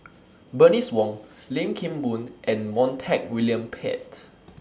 Bernice Wong Lim Kim Boon and Montague William Pett